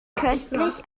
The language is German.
köstlich